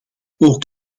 ook